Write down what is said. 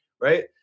right